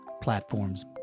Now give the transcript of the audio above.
platforms